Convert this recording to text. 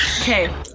okay